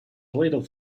little